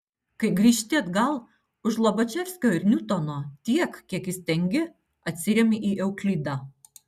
kai grįžti atgal už lobačevskio ir niutono tiek kiek tik įstengi atsiremi į euklidą